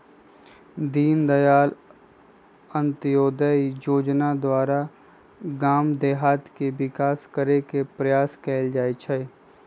दीनदयाल अंत्योदय जोजना द्वारा गाम देहात के विकास करे के प्रयास कएल जाइ छइ